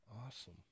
Awesome